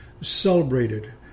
celebrated